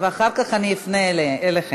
ואחר כך אני אפנה אליכם.